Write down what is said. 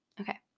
Okay